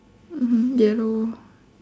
mmhmm yellow